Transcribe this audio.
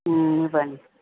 ఇవ్వండి